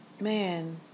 Man